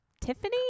Tiffany